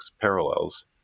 parallels